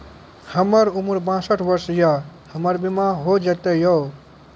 हमर उम्र बासठ वर्ष या हमर बीमा हो जाता यो?